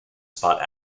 spot